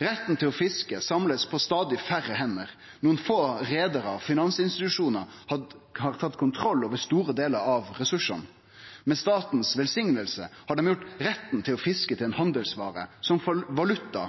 Retten til å fiske blir samla på stadig færre hender. Nokre få reiarar og finansinstitusjonar har tatt kontroll over store delar av ressursane. Med velsigning frå staten har dei gjort retten til å fiske til ei handelsvare, som valuta,